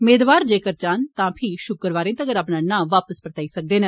मेदवार जेकर चाहंन तां फ्ही शुक्रवारे तगर अपना नां वापस परताई सकदे न